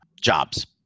jobs